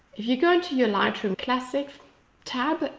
you go into your lightroom classic tab,